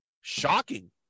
shocking